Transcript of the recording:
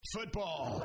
Football